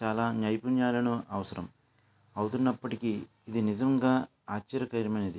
చాలా నైపుణ్యాలు అవసరం అవుతున్నప్పటికీ ఇది నిజంగా ఆశ్చర్యకరమైనది